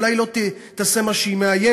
היא אולי לא תעשה מה שהיא מאיימת,